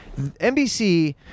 NBC